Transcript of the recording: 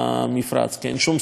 כי אין שום סיבה שהוא יהיה שם,